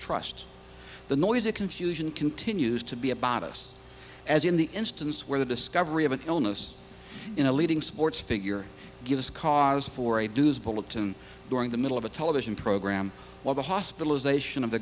trust the noise a confusion continues to be about us as in the instance where the discovery of an illness in a leading sports figure gives cause for a do this bulletin during the middle of a television program while the hospitalization of the